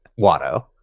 Watto